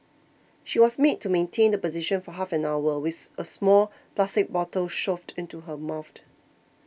she was made to maintain the position for half an hour with a small plastic bottle shoved into her mouth